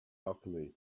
alchemy